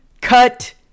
cut